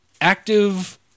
active